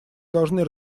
должны